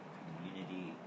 community